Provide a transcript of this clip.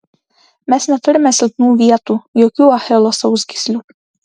mes neturime silpnų vietų jokių achilo sausgyslių